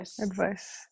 advice